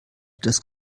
das